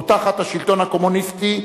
עוד תחת השלטון הקומוניסטי,